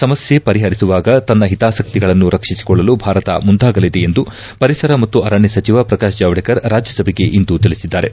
ಸಮಸ್ಕೆ ಪರಿಹರಿಸುವಾಗ ತನ್ನ ಹಿತಾಸಕ್ತಿಗಳನ್ನು ರಕ್ಷಿಸಿಕೊಳ್ಳಲು ಭಾರತ ಮುಂದಾಗಲಿದೆ ಎಂದು ಪರಿಸರ ಮತ್ತು ಅರಣ್ಯ ಸಚಿವ ಪ್ರಕಾಶ್ ಜಾವಡೇಕರ್ ರಾಜ್ಯಸಭೆಗೆ ಇಂದು ತಿಳಿಸಿದ್ದಾರೆ